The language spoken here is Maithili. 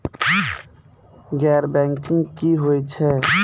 गैर बैंकिंग की होय छै?